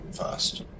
first